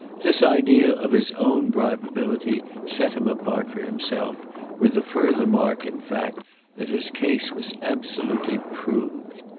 this idea of his own bribeability set him apart for himself with the further mark in fact that his case was absolutely proved.